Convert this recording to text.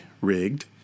rigged